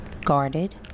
guarded